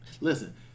Listen